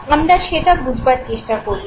আমরা সেটা বুঝবার চেষ্টা করলাম